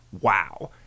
wow